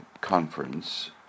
conference